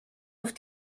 auf